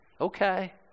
Okay